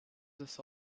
this